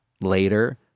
later